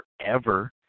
forever